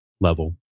level